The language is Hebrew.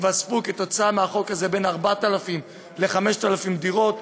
יתווספו כתוצאה מהחוק הזה בין 4,000 ל-5,000 דירות,